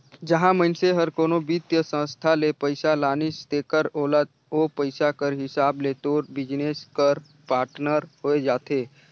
जहां मइनसे हर कोनो बित्तीय संस्था ले पइसा लानिस तेकर ओला ओ पइसा कर हिसाब ले तोर बिजनेस कर पाटनर होए जाथे